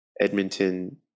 Edmonton